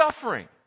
suffering